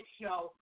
show